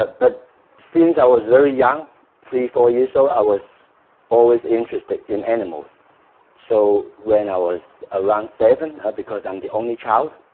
but but since i was very young three four years old, so i was always interested in animals so when i was around seven because i'm the only child